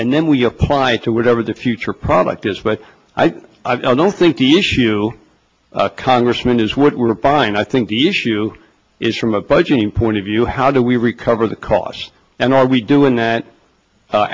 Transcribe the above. and then we apply it to whatever the future product is but i don't think the issue congressman is we're fine i think the issue is from a budgeting point of view how do we recover the costs and are we doing that